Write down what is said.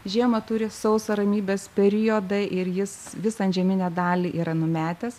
žiemą turi sausą ramybės periodą ir jis visą antžeminę dalį yra numetęs